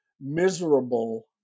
miserable